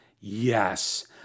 Yes